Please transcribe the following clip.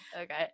Okay